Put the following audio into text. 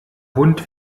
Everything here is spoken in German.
hund